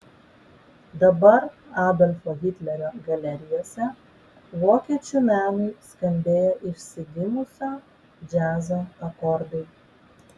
dabar adolfo hitlerio galerijose vokiečių menui skambėjo išsigimusio džiazo akordai